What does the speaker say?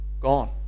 gone